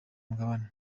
mugabane